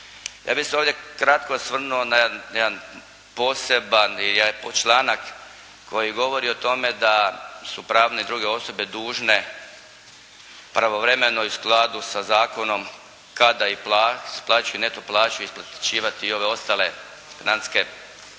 Ja bih se ovdje kratko osvrnuo na jedan poseban članak koji govori o tome da su pravne i druge osobe dužne pravovremeno u skladu sa zakonom kada isplaćuju neto plaće isplaćivati i ove ostale financijska